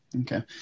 Okay